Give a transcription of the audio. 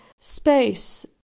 space